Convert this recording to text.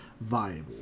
viable